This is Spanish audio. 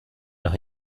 los